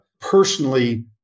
personally